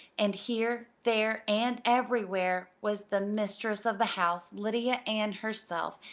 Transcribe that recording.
and here, there, and everywhere was the mistress of the house, lydia ann herself,